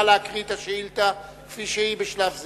בבקשה להקריא את השאילתא כפי שהיא בשלב זה.